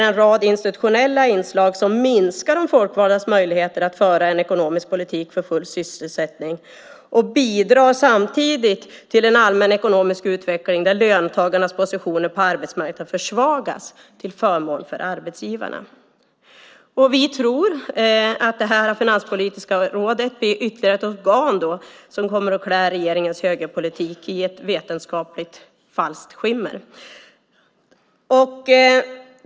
En rad institutionella inslag minskar de folkvaldas möjligheter att föra en ekonomisk politik för full sysselsättning och bidrar samtidigt till en allmän ekonomisk utveckling där löntagarnas positioner på arbetsmarknaden försvagas till förmån för arbetsgivarnas. Vi tror att Finanspolitiska rådet blir ytterligare ett organ som ska klä regeringens högerpolitik i ett falskt vetenskapligt skimmer.